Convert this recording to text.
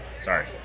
Sorry